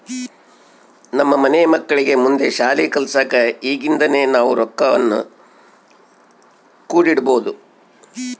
ನಮ್ಮ ಮನೆ ಮಕ್ಕಳಿಗೆ ಮುಂದೆ ಶಾಲಿ ಕಲ್ಸಕ ಈಗಿಂದನೇ ನಾವು ರೊಕ್ವನ್ನು ಕೂಡಿಡಬೋದು